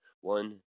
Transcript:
One